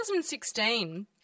2016